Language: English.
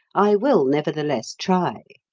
i will nevertheless try.